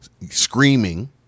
screaming